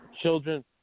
children